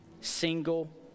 single